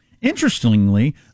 interestingly